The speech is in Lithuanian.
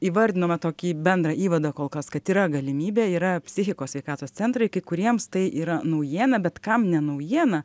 įvardinome tokį bendrą įvadą kol kas kad yra galimybė yra psichikos sveikatos centrai kai kuriems tai yra naujiena bet kam ne naujiena